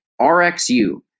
RxU